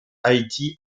haïti